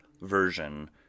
version